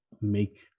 make